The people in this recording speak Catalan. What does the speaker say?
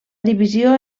divisió